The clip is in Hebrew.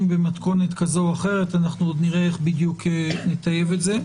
במתכונת כזו או אחרת נראה איך נטייב את זה.